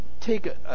take